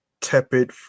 tepid